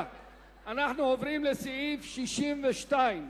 נותרו שתי דקות.